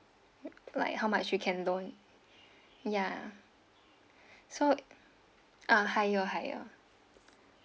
like how much you can loan ya so uh higher higher